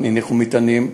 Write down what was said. הנחת מטענים.